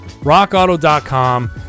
Rockauto.com